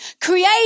Create